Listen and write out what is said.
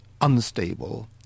unstable